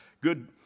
good